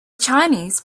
chinese